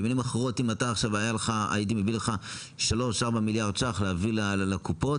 במילים אחרות אם הייתי מביא לך 3-4 מיליארד שקלים להביא לקופות,